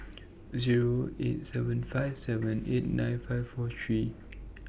Zero eight seven five seven eight nine five four three